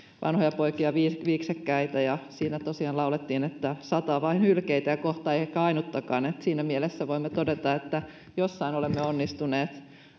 vanhojapoikia viiksekkäitä ja siinä tosiaan laulettiin että sata vain hylkeitä ja kohta ei ehkä ainuttakaan siinä mielessä voimme todeta että jossain olemme onnistuneet